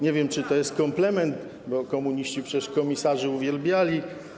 Nie wiem, czy to jest komplement, bo komuniści przecież komisarzy uwielbiali.